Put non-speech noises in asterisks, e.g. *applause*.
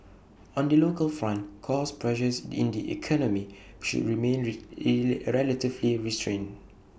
on the local front cost pressures in the economy should remain *unintelligible* relatively restrained